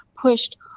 pushed